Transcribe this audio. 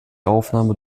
aufnahme